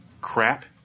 crap